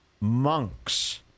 Monk's